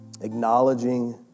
acknowledging